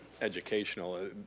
educational